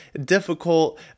difficult